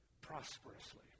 prosperously